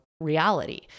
reality